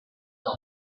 the